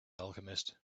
alchemist